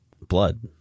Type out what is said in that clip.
Blood